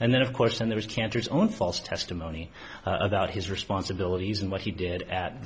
and then of course then there was cantor's own false testimony about his responsibilities and what he did at the